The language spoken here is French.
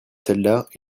soldats